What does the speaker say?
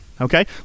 okay